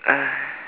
uh